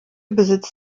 besitzt